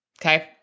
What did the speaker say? okay